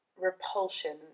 repulsion